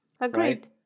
Agreed